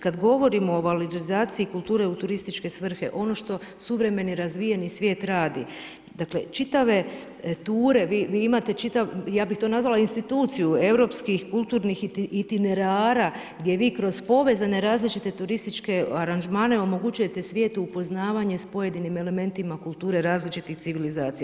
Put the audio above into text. Kad govorimo o valorizaciji kulture u turističke svrhe, ono što suvremeni razvijeni svijet radi, dakle, čitave ture, vi imate čitav, ja bih to nazvala instituciju europskih kulturnih itinerara gdje vi kroz povezane različite turističke aranžmane omogućujete svijetu upoznavanje s pojedinim elementima kulture različitih civilizacija.